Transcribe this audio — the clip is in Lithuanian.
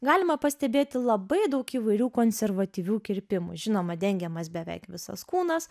galima pastebėti labai daug įvairių konservatyvių kirpimų žinoma dengiamas beveik visas kūnas